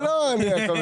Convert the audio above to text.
לא, לא, הכול בסדר.